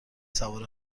سوار